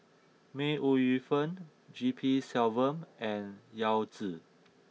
May Ooi Yu Fen G P Selvam and Yao Zi